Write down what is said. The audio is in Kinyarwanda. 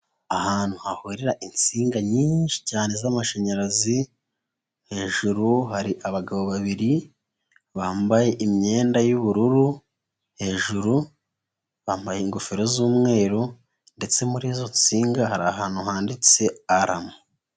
Ahantu hahurira insinga nyinshi cyane z'amashanyarazi, hejuru hari abagabo babiri bambaye imyenda y'ubururu hejuru bambaye ingofero z'umweru ndetse muri izo nsinga hari ahantu handitse ara.